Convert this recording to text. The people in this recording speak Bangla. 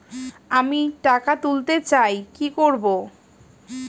আমি টাকা তুলতে চাই কি করব?